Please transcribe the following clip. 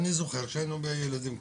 אני זוכר כשהיינו ילדים קטנים,